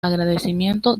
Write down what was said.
agradecimiento